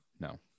no